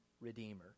Redeemer